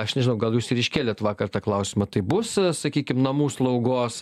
aš nežinau gal jūs ir iškėlėt vakar tą klausimą tai bus sakykim namų slaugos